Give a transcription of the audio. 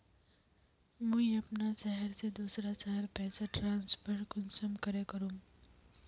मुई अपना शहर से दूसरा शहर पैसा ट्रांसफर कुंसम करे करूम?